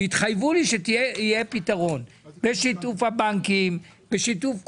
התחייבו לי שיהיה פתרון בשיתוף הבנקים ובשיתוף כולם.